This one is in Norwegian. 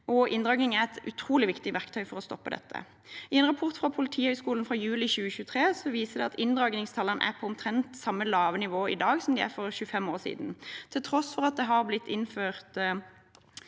Inndragning er et utrolig viktig verktøy for å stoppe dette. En rapport fra Politihøgskolen fra juli 2023 viser at inndragningstallene er på omtrent samme lave nivå i dag som de var for 25 år siden. Til tross for at det har blitt innført